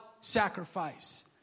sacrifice